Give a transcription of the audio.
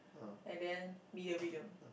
and then medium medium